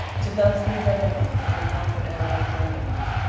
to those we live among in the plant and animal kingdoms,